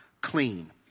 clean